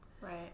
Right